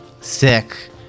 sick